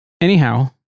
Anyhow